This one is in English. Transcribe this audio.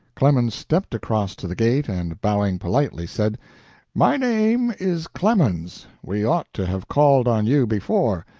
clemens stepped across to the gate and, bowing politely, said my name is clemens we ought to have called on you before,